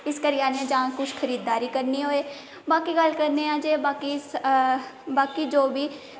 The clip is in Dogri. इस करियै जां असें ई कुछ खरीददारी करनी होऐ बाकी गल्ल करने आं जे बाकी जो बी